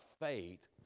faith